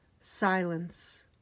Silence